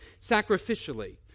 sacrificially